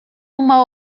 uma